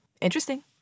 Interesting